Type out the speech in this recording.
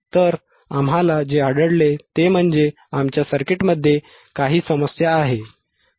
तर आम्हाला जे आढळले ते म्हणजे आमच्या सर्किटमध्ये काही समस्या आहे